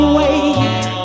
wait